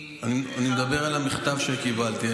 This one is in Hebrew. אני מדבר על המכתב שקיבלתי,